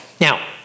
Now